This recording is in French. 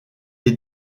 est